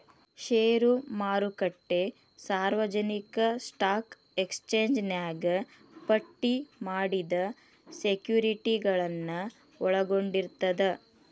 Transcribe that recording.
ಷೇರು ಮಾರುಕಟ್ಟೆ ಸಾರ್ವಜನಿಕ ಸ್ಟಾಕ್ ಎಕ್ಸ್ಚೇಂಜ್ನ್ಯಾಗ ಪಟ್ಟಿ ಮಾಡಿದ ಸೆಕ್ಯುರಿಟಿಗಳನ್ನ ಒಳಗೊಂಡಿರ್ತದ